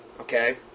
okay